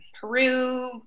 Peru